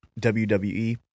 WWE